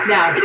Now